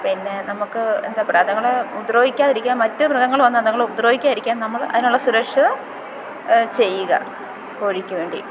പിന്നെ നമുക്ക് എന്താ പറയുക അതുങ്ങളെ ഉപദ്രവിക്കാതിരിക്കാൻ മറ്റു മൃഗങ്ങൾ വന്ന് ഉപദ്രവിക്കാതിരിക്കാൻ നമ്മൾ അതിനുള്ള സുരക്ഷ ചെയ്യുക കോഴിക്കു വേണ്ടി